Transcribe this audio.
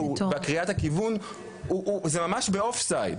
ובקריאת הכיוון היא ממש באופסייד,